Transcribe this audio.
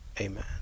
Amen